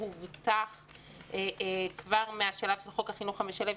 בוצע כבר מהשלב של חוק החינוך המשלב,